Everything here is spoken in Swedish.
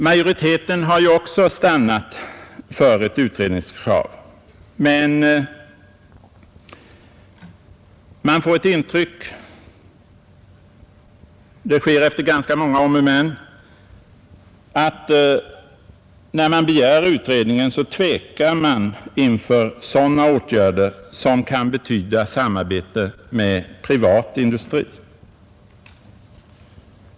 Majoriteten har också stannat för ett utredningskrav, men det sker efter ganska många om och men och jag har fått intrycket att när utskottet begär utredning så tvekar man inför sådana åtgärder som kan betyda samarbete med privat industri.